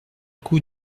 coup